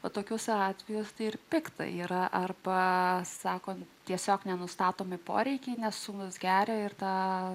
vat tokius atvejus tai ir pikta yra arba sako tiesiog nenustatomi poreikiai nes sūnus geria ir tą